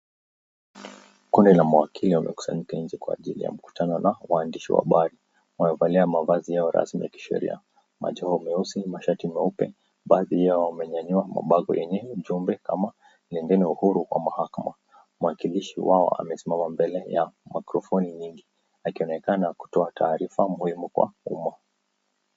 Kundi la mwakio wamekusanyika njekwa ajili ya mkutano na waandishi wa habari. Wamevalia mavazi yao rasmi ya kisheria, macheo meusi mashati meupe. Baadhi yao wamenyayua mabango yenye ujumbe kama ilinde uhuru kwa mahakama. Mwakilishi wao amesimama mbele ya maikrofoni mingi akioneaka kutoa taarifa muhimu kwa umma.